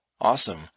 Awesome